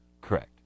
Correct